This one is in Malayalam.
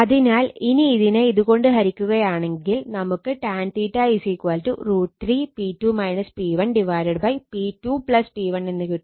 അതിനാൽ ഇനി ഇതിനെ ഇത് കൊണ്ട് ഹരിക്കുകയാണെങ്കിൽ നമുക്ക് tan √ 3 P2 P1 എന്ന് കിട്ടും